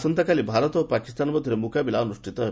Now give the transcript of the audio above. ଆସନ୍ତାକାଲି ଭାରତ ଓ ପାକିସ୍ତାନ ମଧ୍ୟରେ ମୁକାବିଲା ହେବ